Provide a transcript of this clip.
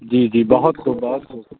جی جی بہت خوب بہت خوب